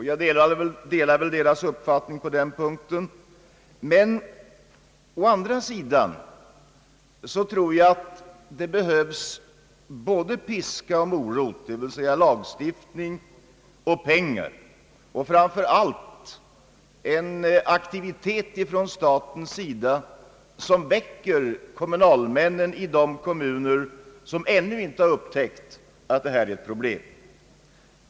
Jag delar ju deras uppfaitning på den punkten, men å andra sidan tror jag att det behövs både piska och morot, d. v. s. både lagstiftning och pengar, och framför allt en aktivitet från statens sida som väcker kommunalmännen i de kommuner som ännu inte har upptäckt att det här är ett problem.